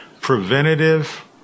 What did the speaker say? Preventative